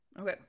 Okay